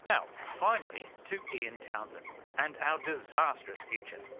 now, finally to ian townsend and our disastrous future.